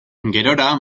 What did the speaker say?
gerora